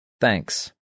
Thanks